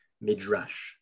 Midrash